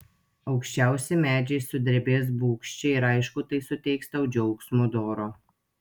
aukščiausi medžiai sudrebės bugščiai ir aišku tai suteiks tau džiaugsmo doro